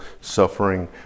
suffering